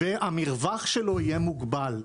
והמרווח שלו יהיה מוגבל.